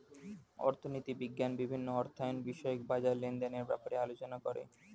অর্থনীতি বিজ্ঞান বিভিন্ন অর্থায়ন বিষয়ক বাজার লেনদেনের ব্যাপারে আলোচনা করে